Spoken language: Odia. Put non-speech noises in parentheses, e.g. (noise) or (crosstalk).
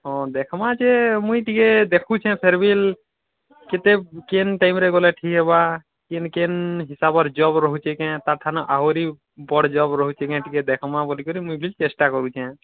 ହଁ ଦେଖ୍ମା ଯେ ମୁଇଁ ଟିକେ ଦେଖୁଚି ଫେରୱେଲ୍ କେତେ କେନ୍ ଟାଇମ୍ରେ ଗଲେ ଠିକ୍ ହେବା କେନ୍ କେନ୍ ହିସାବର୍ (unintelligible) ବଡ଼୍ ଜବ୍ ରୋହୁଚେଁ କେଁ ଟିକେ ଦେଖମା ବୋଲି କିରି ମୁଇଁ ବି ଚେଷ୍ଟା କରୁଛେ